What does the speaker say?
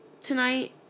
tonight